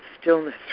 stillness